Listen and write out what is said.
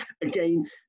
again